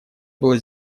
было